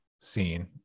scene